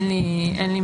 אין לי מידע.